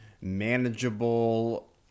manageable